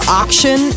auction